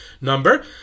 number